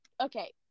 Okay